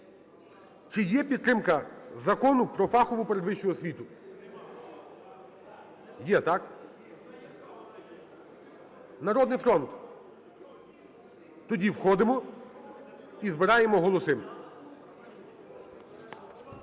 Чи є підтримка Закону про фахову передвищу освіту? Є, так? "Народний фронт"! Тоді входимо і збираємо голоси.